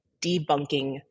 debunking